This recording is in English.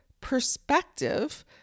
perspective